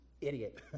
idiot